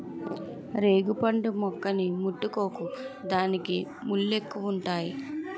రేగుపండు మొక్కని ముట్టుకోకు దానికి ముల్లెక్కువుంతాయి